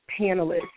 panelists